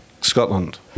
Scotland